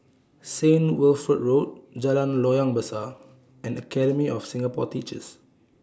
Saint Wilfred Road Jalan Loyang Besar and Academy of Singapore Teachers